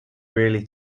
really